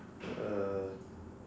uh